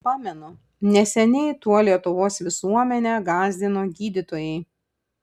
pamenu neseniai tuo lietuvos visuomenę gąsdino gydytojai